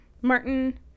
Martin